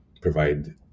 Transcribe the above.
provide